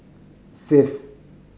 fifth